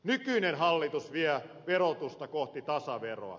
nykyinen hallitus vie verotusta kohti tasaveroa